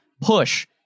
Push